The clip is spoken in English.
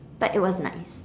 but it was nice